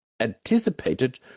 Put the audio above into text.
anticipated